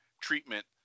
treatment